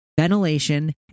ventilation